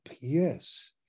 yes